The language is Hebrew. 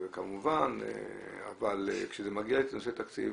אבל כשזה מגיע לנושא תקציב,